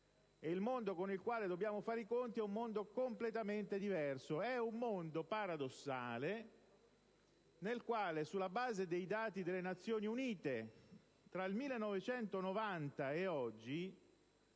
e quello con il quale dobbiamo fare i conti è un mondo completamente diverso, un mondo paradossale nel quale, sulla base dei dati delle Nazioni Unite, tra il 1990 e oggi,